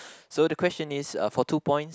so the question is uh for two points